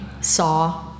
saw